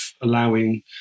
allowing